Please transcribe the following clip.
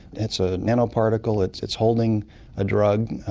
it's a nanoparticle, it's it's holding a drug,